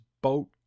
boat